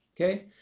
Okay